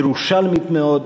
ירושלמית מאוד,